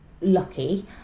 lucky